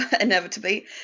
inevitably